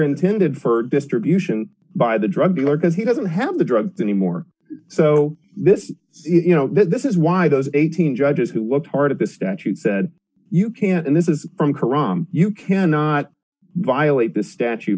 intended for distribution by the drug dealer because he doesn't have the drug anymore so this is you know this is why those eighteen judges who were part of the statute said you can't and this is from karama you cannot violate the statu